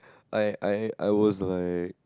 I I I was like